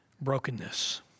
brokenness